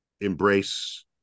embrace